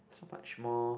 so much more